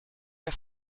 der